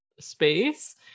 space